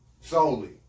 Solely